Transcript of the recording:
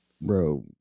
bro